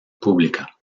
pública